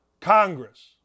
Congress